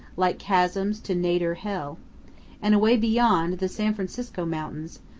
like chasms to nadir hell and away beyond, the san francisco mountains,